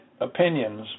opinions